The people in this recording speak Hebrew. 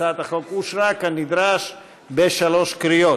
הצעת החוק התקבלה כנדרש בשלוש קריאות.